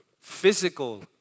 Physical